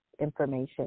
information